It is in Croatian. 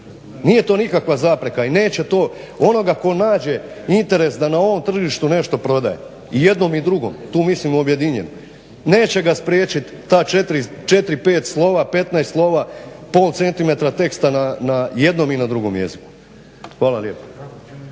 Nije to nikakva zapreka i neće to onoga tko nađe interes da na ovom tržištu nešto prodaje jednom i drugom, tu mislim objedinjeno, neće ga spriječit ta 4-5 slova, 15 slova, pol cm teksta na jednom i na drugom jeziku. Hvala lijepa.